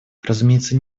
разумеется